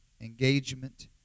engagement